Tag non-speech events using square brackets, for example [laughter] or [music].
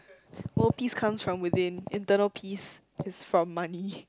oh peace comes from within internal peace is from money [laughs]